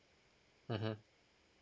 mmhmm